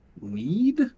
need